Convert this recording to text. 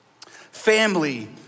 family